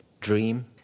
dream